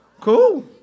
Cool